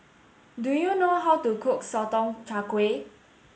do you know how to cook Sotong Char Kway